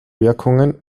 wirkungen